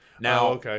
Now